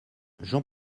jean